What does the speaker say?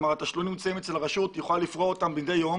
התשלומים הם אצל הרשות והיא יכולה לפרוע אותם מדי יום